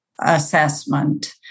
assessment